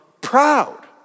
proud